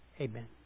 amen